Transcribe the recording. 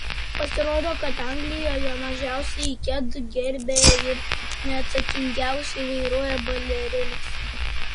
pasirodo kad anglijoje mažiausiai ket gerbia ir neatsakingiausiai vairuoja balerinos